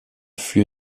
für